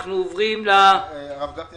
הרב גפני,